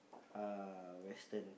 uh Western